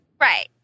Right